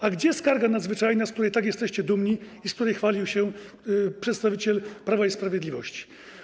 A gdzie skarga nadzwyczajna, z której tak jesteście dumni i którą chwalił się przedstawiciel Prawa i Sprawiedliwości?